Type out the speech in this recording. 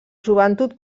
joventut